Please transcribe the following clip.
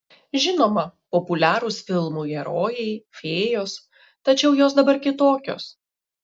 žinoma populiarūs filmų herojai fėjos tačiau jos dabar kitokios